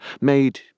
made